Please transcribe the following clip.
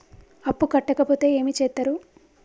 అప్పు కట్టకపోతే ఏమి చేత్తరు?